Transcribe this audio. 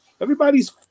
Everybody's